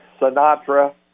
Sinatra